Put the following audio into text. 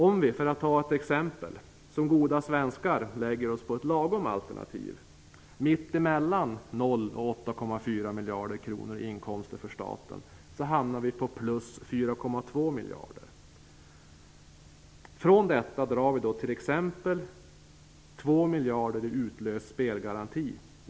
Om vi, för att ta ett exempel, som goda svenskar lägger oss på ett lagom alternativ mitt emellan 0 och 8,4 miljarder kronor i inkomster för staten, hamnar vi på plus 4,2 miljarder. Från detta drar vi t.ex. 2 miljarder i utlöst spelgaranti.